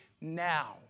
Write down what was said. now